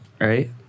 right